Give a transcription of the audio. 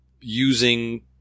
using